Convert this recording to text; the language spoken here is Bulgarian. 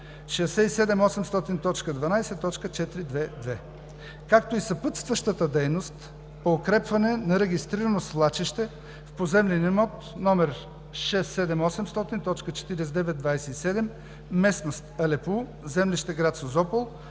67800.12.422“, както и съпътстващата дейност по укрепване на регистрирано свлачище в поземлен имот № 67800.49.27, местност Алепу, землище град Созопол,